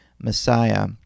Messiah